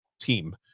team